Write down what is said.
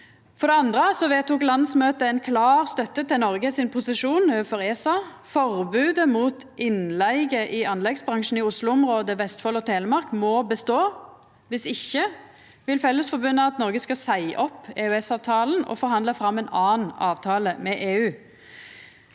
For det andre vedtok landsmøtet ei klar støtte til Noregs posisjon overfor ESA. Forbodet mot innleige i anleggsbransjen i Oslo-området, Vestfold og Telemark må bestå – viss ikkje vil Fellesforbundet at Noreg skal seia opp EØS-avtalen og forhandla fram ein annan avtale med EU.